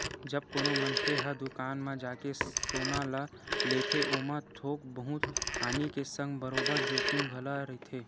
जब कोनो मनखे ह दुकान म जाके सोना ल लेथे ओमा थोक बहुत हानि के संग बरोबर जोखिम घलो रहिथे